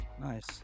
Nice